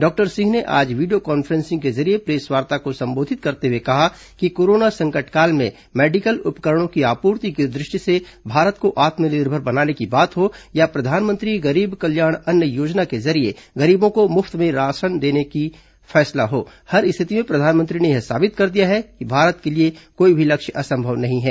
doctor Singh ने आज video conferencing के जरिये प्रेसवार्ता को संबोधित करते हुए कहा कि कोरोना संकट काल में मेडिकल उपकरणों की आपूर्ति की दृष्टि से भारत को आत्मनिर्भर बनाने की बात हो या प्रधानमंत्री गरीब कल्याण अन्न योजना के जरिये गरीबों को मुफ्त में अनाज देने का फैसला हो हर स्थिति में प्रधानमंत्री ने यह साबित कर दिया है कि भारत के लिए कोई भी लक्ष्य असंभव नहीं है